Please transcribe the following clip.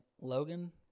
Logan